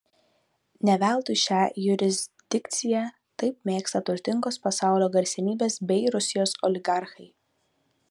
ne veltui šią jurisdikciją taip mėgsta turtingos pasaulio garsenybės bei rusijos oligarchai